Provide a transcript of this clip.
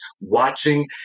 watching